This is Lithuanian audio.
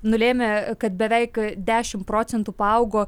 nulėmė kad beveik dešim procentų paaugo